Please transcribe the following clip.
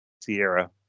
Sierra